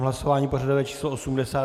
Hlasování pořadové číslo 82.